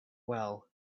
well